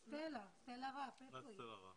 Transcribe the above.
סטלה ראפ.